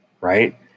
right